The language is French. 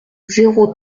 zéro